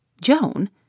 Joan